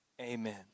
amen